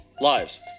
lives